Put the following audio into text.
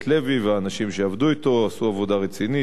לוי והאנשים שעבדו אתו: עשו עבודה רצינית,